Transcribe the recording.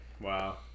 Wow